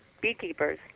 beekeepers